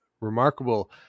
remarkable